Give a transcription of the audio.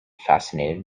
fascinated